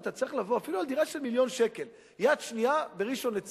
אפילו על דירה של מיליון שקל יד שנייה בראשון-לציון,